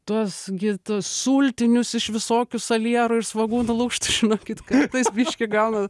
tuos gi tuos sultinius iš visokių salierų ir svogūnų lukštų žinokit kartais biškį gauna